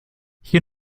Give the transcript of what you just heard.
hier